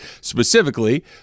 specifically